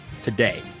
today